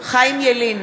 חיים ילין,